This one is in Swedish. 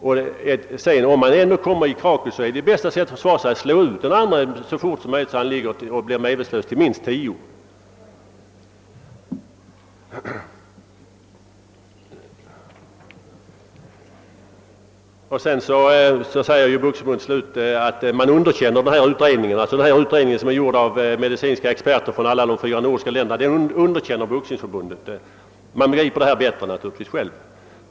Och om man ändå kommer i krakel, är ju det bästa sättet att klara sig att så snabbt som möjligt slå ut den andre, så att denne ligger medvetslös, minst under tio sekunder. Vidare anför Boxningsförbundet att det underkänner den utredning, som är genomförd av medicinska experter från samtliga nordiska länder. Man begriper inom Boxningsförbundet naturligtvis detta bättre själv.